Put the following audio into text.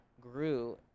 grew